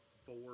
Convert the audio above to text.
four